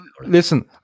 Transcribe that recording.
Listen